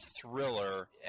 thriller